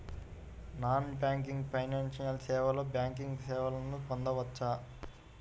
Non banking financial సేవలో banking సేవలను పొందవచ్చా?